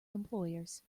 employers